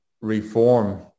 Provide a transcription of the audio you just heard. reform